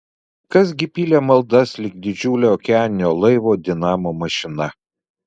kas gi pylė maldas lyg didžiulio okeaninio laivo dinamo mašina